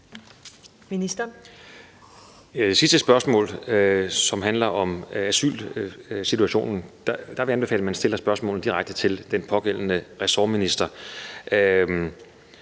det sidste spørgsmål, som handler om asylsituationen, vil jeg anbefale, at man stiller spørgsmålet direkte til den pågældende ressortminister.